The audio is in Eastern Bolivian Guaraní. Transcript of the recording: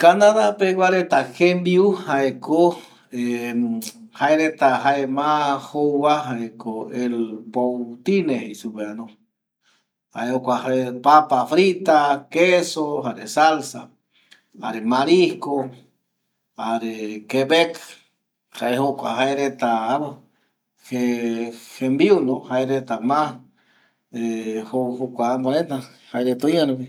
Canada pegua reta jembiu jaeko ˂Hesitation˃ jaereta jae mbae ma jouva jae papafrita, queso jare salsa jare marisco jare qebec jaereta jokua tembiu, jae ma oi jjoureta va jokope oi re va.